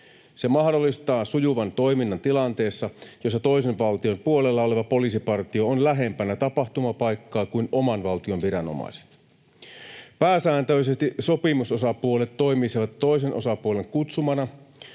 Se mahdollistaa sujuvan toiminnan tilanteessa, jossa toisen valtion puolella oleva poliisipartio on lähempänä tapahtumapaikkaa kuin oman valtion viranomaiset. Pääsääntöisesti sopimusosapuolet toimisivat toisen osapuolen kutsumana.